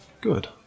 Good